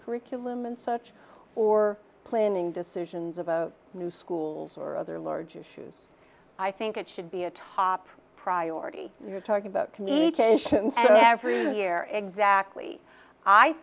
curriculum and such or planning decisions of a new schools or other large issues i think it should be a top priority we're talking about communications and every year exactly i